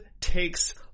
takes